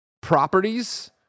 properties